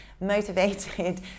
motivated